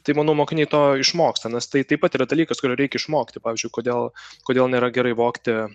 tai manau mokiniai to išmoksta nas tai taip pat yra dalykas kurio reik išmokti pavyzdžiui kodėl kodėl nėra gerai vogti